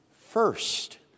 First